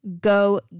go